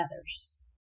others